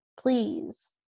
Please